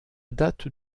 date